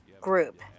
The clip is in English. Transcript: group